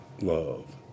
love